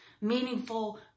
meaningful